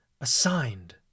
assigned